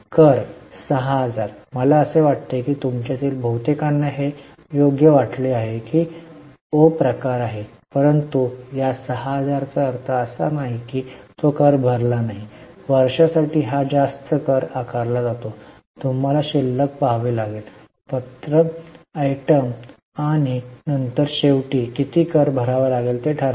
कर 6000 मला असे वाटते की तुमच्या तील बहुतेकांना हे योग्य वाटले जाते की हे ओ प्रकार आहे परंतु या 6000 चा अर्थ असा नाही की तो कर भरला जातो वर्षासाठी हा जास्त कर आकारला जातो तुम्हाला शिल्लक पाहावे लागेल पत्रक आयटम आणि नंतर शेवटी किती कर भरावा लागेल ते ठरवा